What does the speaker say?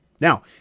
Now